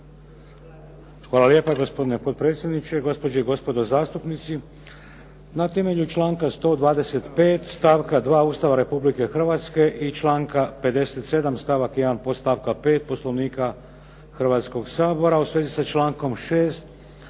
Hvala lijepa, gospodine potpredsjedniče. Gospođe i gospodo zastupnici. Na temelju članka 125. stavka 2. Ustava Republike Hrvatske i članka 57. stavak 1. podstavka 5. Poslovnika Hrvatskoga sabora, u svezi sa člankom 6.